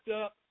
up